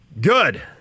Good